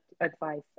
advice